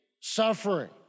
suffering